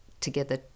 together